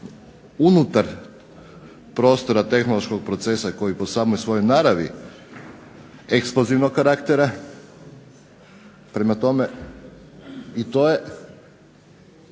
unutar prostora tehnološkog procesa koji po samoj svojoj naravi …/Ne razumije se./… karaktera, prema tome i to je